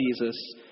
Jesus